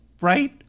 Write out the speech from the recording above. right